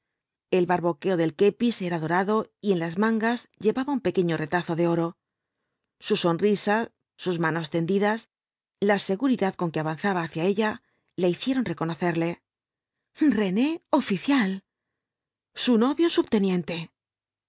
el barboquejo del kepis era dorado y en las mangas llevaba un pequeño retazo de oro su sonrisa sus manos tendidas la seguridad con que avanzaba hacia ella le hicieron reconocerle rene oficial sa novio subteniente